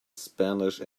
spanish